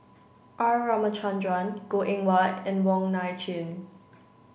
R Ramachandran Goh Eng Wah and Wong Nai Chin